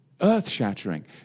Earth-shattering